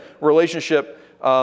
relationship